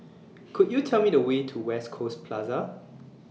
Could YOU Tell Me The Way to West Coast Plaza